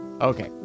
Okay